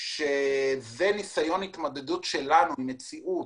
שזה ניסיון התמודדות שלנו עם מציאות